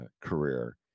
career